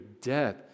death